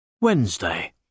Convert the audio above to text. Wednesday